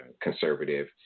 conservative